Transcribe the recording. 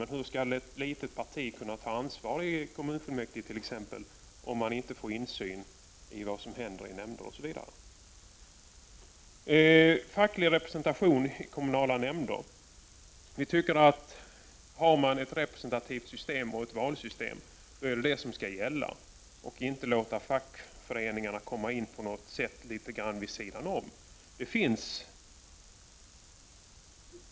Men hur skall ett litet parti kunna ta ansvar i t.ex. kommunfullmäktige om det inte får insyn i vad som händer i nämnder m.fl. organ? I reservation nr 9 tar miljöpartiet upp den fackliga representationen i kommunala nämnder. Vi tycker att om man har ett representativt system och ett valsystem är det de som skall gälla. Fackföreningarna skall då inte tillåtas komma in litet grand vid sidan om.